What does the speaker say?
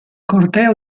corteo